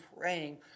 praying